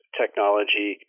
technology